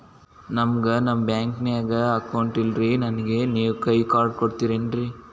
ನನ್ಗ ನಮ್ ಬ್ಯಾಂಕಿನ್ಯಾಗ ಅಕೌಂಟ್ ಇಲ್ರಿ, ನನ್ಗೆ ನೇವ್ ಕೈಯ ಕಾರ್ಡ್ ಕೊಡ್ತಿರೇನ್ರಿ?